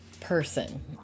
person